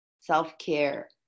self-care